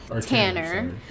Tanner